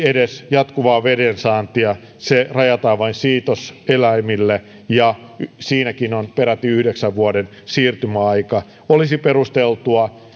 edes jatkuvaa vedensaantia se rajataan vain siitoseläimille ja siinäkin on peräti yhdeksän vuoden siirtymäaika olisi perusteltua